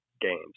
games